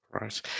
right